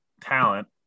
talent